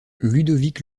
ludovic